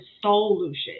solution